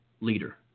leader